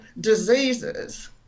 diseases